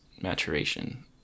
maturation